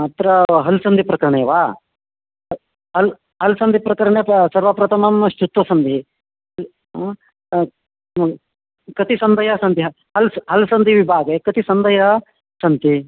अत्र हल्सन्धिप्रकरणे वा हल् हल्सन्धिप्रकरणे वा सर्वप्रथमं श्चुत्वसन्धिः म् कति सन्धयः सन्ति हल् हल् सन्धिविभागे कति सन्धयः सन्ति